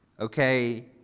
Okay